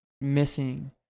missing